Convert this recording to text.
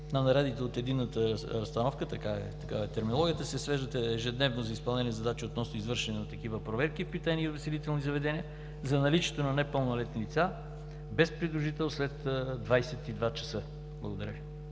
на нарядите от единната разстановка – такава е терминологията, се свеждат ежедневно за изпълнение задачи относно извършването на такива проверки в питейни и увеселителни заведения за наличието на непълнолетни лица, без придружител след 22,00 ч. Благодаря.